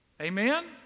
Amen